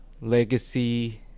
legacy